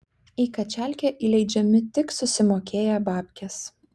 į kačialkę įleidžiami tik susimokėję babkes